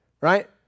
Right